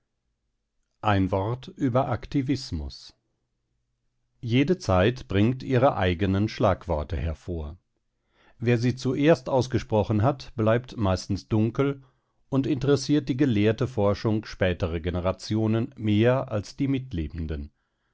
ein wort über aktivismus jede zeit bringt ihre eigenen schlagworte hervor wer sie zuerst ausgesprochen hat bleibt meistens dunkel und interessiert die gelehrte forschung späterer generationen mehr als die mitlebenden